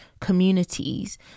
communities